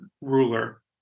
ruler